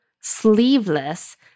sleeveless